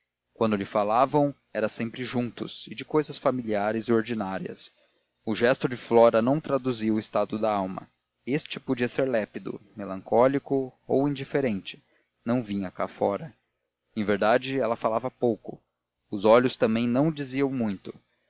quando lhe falavam era sempre juntos e de cousas familiares e ordinárias o gesto de flora não traduzia o estado da alma este podia ser lépido melancólico ou indiferente não vinha cá fora em verdade ela falava pouco os olhos também não diziam muito